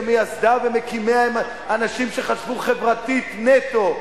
שמייסדה ומקימיה הם אנשים שחשבו חברתית נטו.